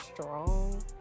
strong